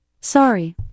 Sorry